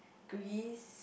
Greece